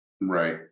right